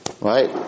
Right